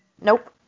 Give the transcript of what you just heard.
Nope